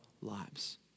lives